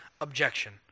objection